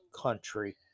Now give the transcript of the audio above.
country